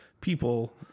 people